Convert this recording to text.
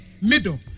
middle